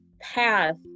path